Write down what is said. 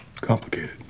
complicated